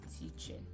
teaching